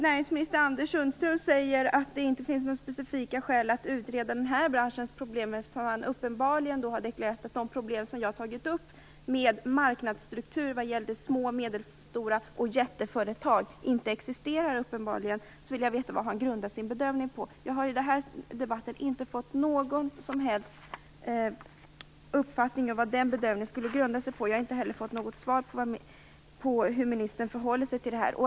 Näringsminister Anders Sundström säger att det inte finns några specifika skäl att utreda den här branschens problem, eftersom han uppenbarligen har deklarerat att de problem som jag har tagit upp med marknadsstruktur när det gäller små och medelstora företag och jätteföretag inte existerar. Därför vill jag veta vad han grundar sin bedömning på. Jag har nämligen efter den här debatten inte någon som helst uppfattning om vad den bedömningen skulle grunda sig på. Inte heller har jag fått svar på frågan om hur ministern förhåller sig till detta.